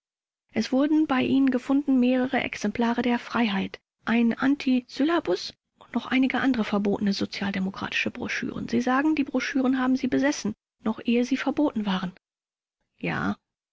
es wurden bei ihnen gefunden mehrere exemplare der freiheit ein anti syllabus und noch einige andere verbotene sozialdemokratische broschüren sie sagen die broschüren haben sie besessen noch ehe sie verboten waren k ja